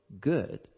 good